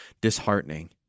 disheartening